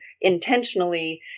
intentionally